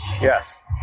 Yes